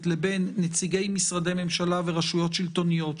לבין נציגי משרדי ממשלה ורשויות שלטוניות,